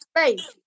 space